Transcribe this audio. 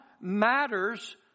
matters